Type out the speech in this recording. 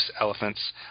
Elephants